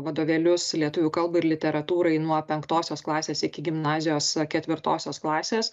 vadovėlius lietuvių kalbai ir literatūrai nuo penktosios klasės iki gimnazijos ketvirtosios klasės